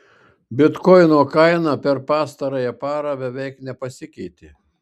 bitkoino kaina per pastarąją parą beveik nepasikeitė